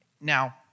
Now